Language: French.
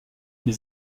les